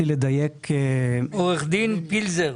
עורך דין פילזר.